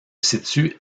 situe